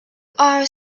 are